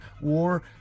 War